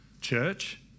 church